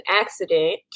accident